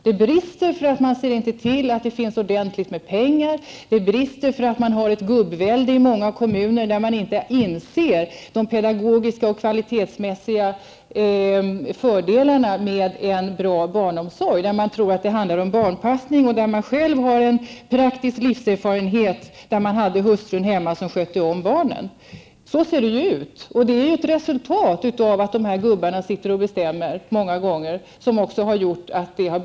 Det brister därför att de inte ser till att det finns tillräckligt med pengar, och det brister därför att det är ett gubbvälde i många kommuner. De inser inte de pedagogiska och kvalitetsmässiga fördelarna med en bra barnomsorg. I stället tror de att det handlar om barnpassning. Deras tidigare erfarenhet var att hustrun var hemma och skötte om barnen. Så ser det ut. Det är ett resultat av att dessa gubbar många gånger sitter och bestämmer.